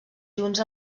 junts